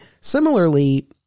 Similarly